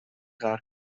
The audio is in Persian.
غرق